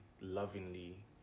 lovingly